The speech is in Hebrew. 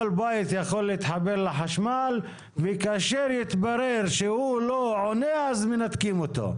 כל בית יכול להתחבר לחשמל וכאשר יתברר שהוא לא עונה אז מנתקים אותו.